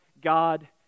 God